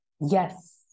Yes